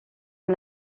amb